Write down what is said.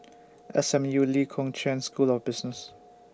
S M U Lee Kong Chian School of Business